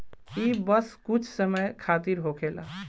ई बस कुछ समय खातिर होखेला